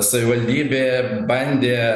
savivaldybė bandė